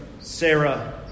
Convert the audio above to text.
Sarah